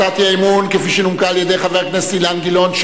הצעת האי-אמון שנומקה על-ידי חבר הכנסת אילן גילאון,